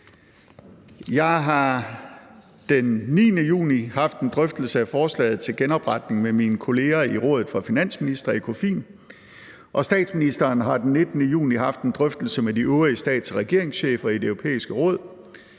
Jeg har den 9. juni haft en drøftelse af forslaget til genopretning med mine kolleger i rådet for finansministre, Økofin, og statsministeren har den 19. juni haft en drøftelse med de øvrige stats- og regeringschefer i Det Europæiske Råd.